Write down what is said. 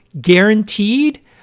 Guaranteed